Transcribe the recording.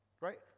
Right